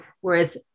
Whereas